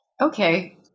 Okay